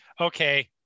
okay